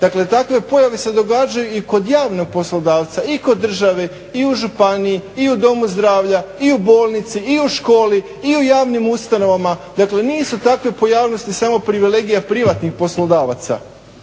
Dakle, takve pojave se događaju i kod javnog poslodavca i kod države i u županiji i u domu zdravlja i u bolnici i u školi i u javnim ustanovama. Dakle, nisu takve pojavnosti samo privilegija privatnih poslodavaca.